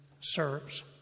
serves